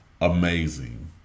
amazing